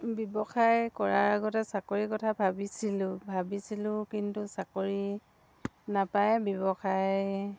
ব্যৱসায় কৰাৰ আগতে চাকৰিৰ কথা ভাবিছিলোঁ ভাবিছিলোঁ কিন্তু চাকৰি নাপায় ব্যৱসায়